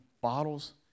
bottles